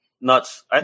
Nuts